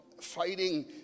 fighting